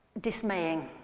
dismaying